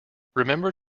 remember